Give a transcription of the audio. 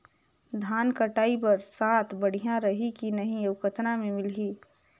धान कटाई बर साथ बढ़िया रही की नहीं अउ कतना मे मिलही?